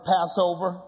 Passover